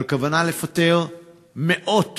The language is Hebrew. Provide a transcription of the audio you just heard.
על כוונה לפטר מאות